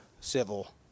civil